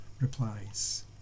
replies